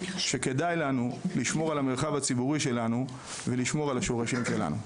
שכדאי לנו לשמור על המרחב הציבורי שלנו ולשמור על השורשים שלנו.